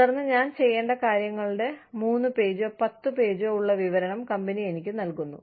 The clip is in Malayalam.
തുടർന്ന് ഞാൻ ചെയ്യേണ്ട കാര്യങ്ങളുടെ 3 പേജോ 10 പേജോ ഉള്ള വിവരണം കമ്പനി എനിക്ക് നൽകുന്നു